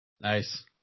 Nice